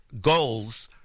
goals